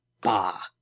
bah